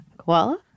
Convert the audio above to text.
Koala